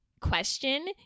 question